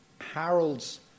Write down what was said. Harold's